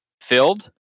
filled